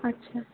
আচ্ছা